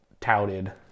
touted